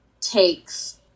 takes